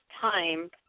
time